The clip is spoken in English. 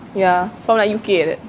ya from like U_K like that